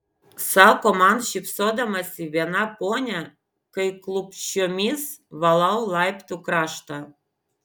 sako man šypsodamasi viena ponia kai klupsčiomis valau laiptų kraštą